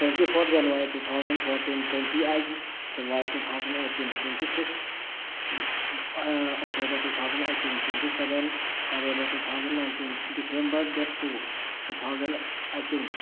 twenty four January two thousand fourteen twenty eight February two thousand eighteen twenty six October two thousand eighteen twenty seven November two thousand nineteen December date two two thousand nineteen